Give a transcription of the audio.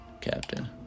captain